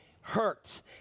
hurt